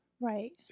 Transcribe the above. Right